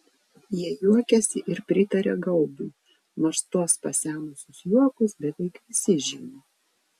jie juokiasi ir pritaria gaubiui nors tuos pasenusius juokus beveik visi žino